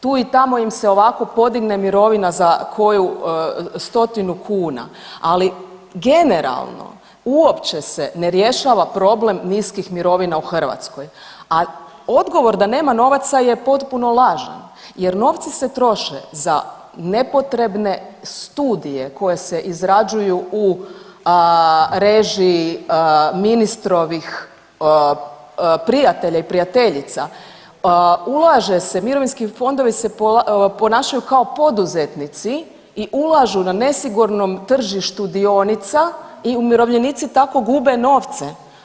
Tu i tamo im se ovako podigne mirovina za koju stotinu kuna, ali generalno uopće se ne rješava problem niskih mirovina u Hrvatskoj, a odgovor da nema novaca je potpuno lažan jer novci se troše za nepotrebne studije koje se izrađuju u režiji ministrovih prijatelja i prijateljica, ulaže se, mirovinski fondovi se ponašaju kao poduzetnici i ulažu na nesigurnom tržištu dionica i umirovljenici tako gube novce.